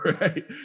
right